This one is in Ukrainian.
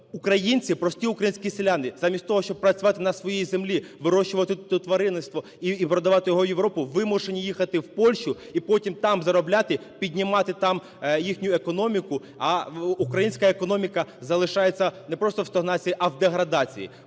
українці, прості українські селяни замість того, щоб працювати на своїй землі, вирощувати тваринництво і продавати його в Європу, вимушені їхати в Польщу і потім там заробляти, піднімати там їхню економіку, а українська економіка залишається не просто в стагнації, а в деградації.